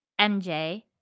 MJ